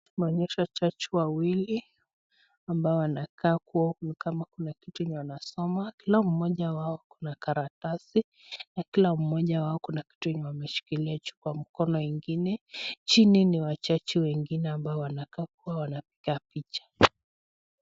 Tumeonyeshwa jaji wawili ambao wanakaa kuwa ni kama kuna kitu wanasoma. Kila mmoja wao kuna karatasi na kila moja wao kuna kitu ameshikilia juu kwa mkono ingine. Jini ni wajaji wengine ambao wanakaa wanapiga picha.